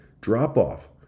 drop-off